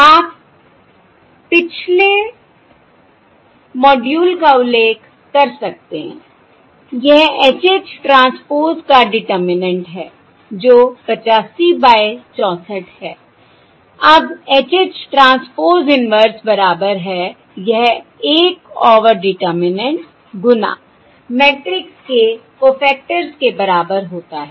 आप पिछले मॉड्यूल का उल्लेख कर सकते हैं यह H H ट्रांसपोज़ का डिटरमिनेन्ट है जो 85 बाय 64 है अब H H ट्रांसपोज़ इन्वर्स बराबर है यह 1 ओवर डिटरमिनेन्ट गुना मैट्रिक्स के कोफ़ैक्टर्स के बराबर होता है